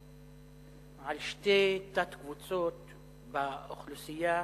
על שתי תת-קבוצות באוכלוסייה,